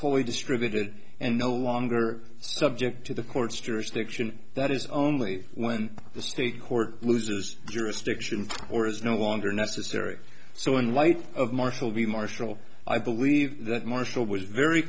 fully distributed and no longer subject to the court's jurisdiction that is only when the state court loses jurisdiction or is no longer necessary so in light of marshal the marshal i believe that marshall was very